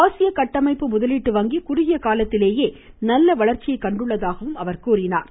ஆசிய கட்டமைப்பு முதலீட்டு வங்கி குறுகிய காலத்திலேயே நல்ல வளர்ச்சியை கண்டுள்ளதாக அவர் குறிப்பிட்டார்